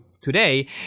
today